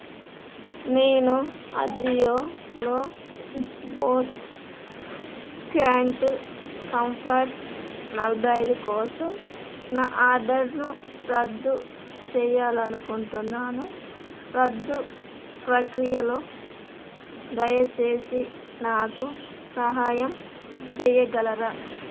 నేను అజియోలో Bose QuietComfort నలభై ఐదు కోసం నా ఆర్డర్ను రద్దు చేయాలని అనుకుంటున్నాను రద్దు ప్రక్రియలో దయచేసి నాకు సహాయం చేయగలరా